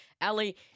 Ali